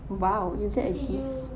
!wow! it's like a gift